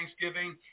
thanksgiving